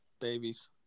Babies